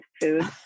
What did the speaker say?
food